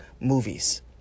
movies